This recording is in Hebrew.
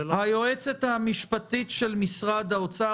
היועצת המשפטית של משרד האוצר.